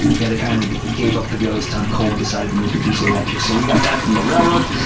yeah they kind of gave up the ghost on coal and decided to move to diesel-electric, so we got that from the railroad.